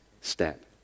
step